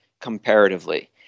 comparatively